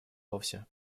вовсе